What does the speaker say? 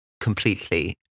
completely